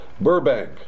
Burbank